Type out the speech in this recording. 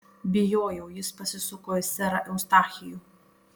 bijojau jis pasisuko į serą eustachijų